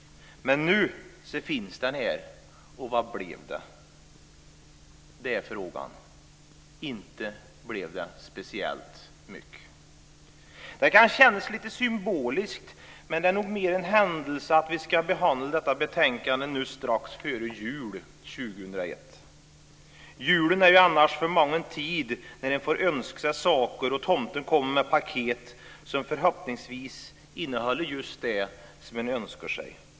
Men nu finns den här, och vad blev det? Det är frågan. Inte blev det speciellt mycket. Det kan kännas lite symboliskt, men det är nog mer en händelse att vi nu ska behandla detta betänkande strax före jul 2001. Julen är ju annars för många en tid när man får önska sig saker och tomten kommer med paket som förhoppningsvis innehåller just det som man önskar sig.